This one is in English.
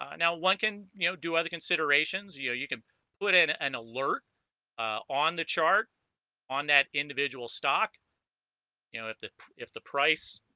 ah now one can you know do other considerations yeah you can put in an alert on the chart on that individual stock you know if the if the price